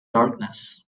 darkness